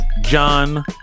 John